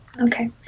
Okay